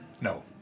No